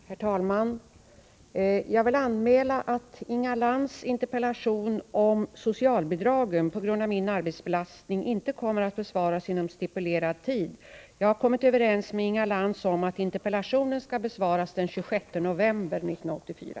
Herr talman! Jag vill anmäla att Inga Lantz interpellation om socialbidragen på grund av min arbetsbelastning inte kommer att besvaras inom stipulerad tid. Jag har kommit överens med Inga Lantz om att interpellationen skall besvaras den 26 november 1984.